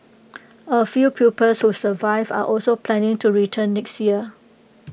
A few pupils who survived are also planning to return next year